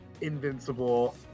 invincible